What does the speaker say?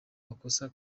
amakosa